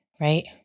right